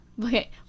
Okay